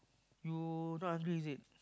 you not hungry is it